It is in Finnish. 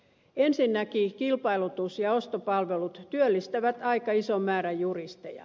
ensinnäkin kilpailutus ja ostopalvelut työllistävät aika ison määrän juristeja